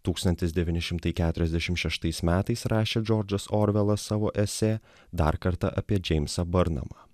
tūkstantis devyni šimtai keturiasdešimt šeštais metais rašė džordžas orvelas savo esė dar kartą apie džeimsą burnamą